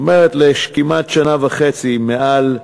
זאת אומרת, כמעט שנה וחצי, מעל,